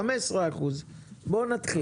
15%. בואו נתחיל.